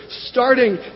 starting